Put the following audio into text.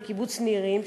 היא מקיבוץ נירים,